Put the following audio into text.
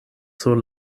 sur